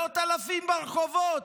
מאות אלפים ברחובות,